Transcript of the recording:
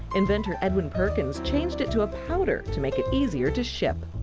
inventor edwin perkins changed it to a powder to make it easier to ship.